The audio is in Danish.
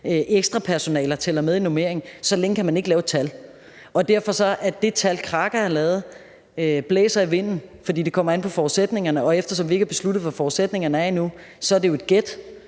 ekstrapersonaler tæller med i normeringen, så længe kan man ikke lave et tal. Og derfor blæser det tal, Kraka har lavet, i vinden, for det kommer an på forudsætningerne. Og eftersom vi endnu ikke har besluttet, hvad forudsætningerne er, så er det jo et gæt.